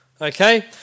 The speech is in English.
Okay